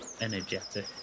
energetic